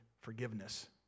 forgiveness